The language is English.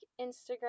Instagram